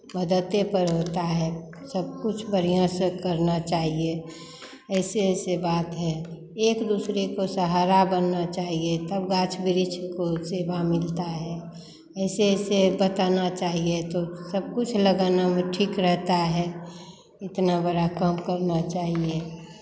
मददे पर होता है सब कुछ बढ़ियाँ से करना चाहिये ऐसे ऐसे बात है एक दूसरे को सहारा बनना चाहिये तब गाछ वृक्ष को सेवा मिलता है ऐसे ऐसे बताना चाहिये तो सब कुछ लगाना में ठीक रहता है इतना बड़ा काम करना चाहिये